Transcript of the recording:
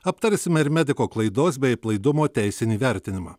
aptarsime ir mediko klaidos bei aplaidumo teisinį vertinimą